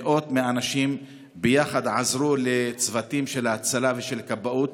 מאות אנשים יחד עזרו לצוותי הצלה והכבאות